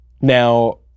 Now